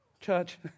Church